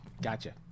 gotcha